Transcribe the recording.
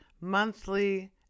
monthly